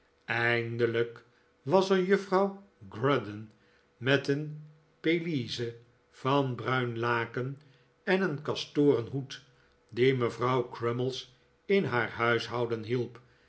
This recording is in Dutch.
eindelijk was er juffrouw grudden r met een pelisse van bruin laken en een kastoren hoed die mevrouw crummies in haar huishouden hielp